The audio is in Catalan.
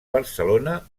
barcelona